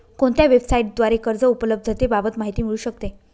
कोणत्या वेबसाईटद्वारे कर्ज उपलब्धतेबाबत माहिती मिळू शकते?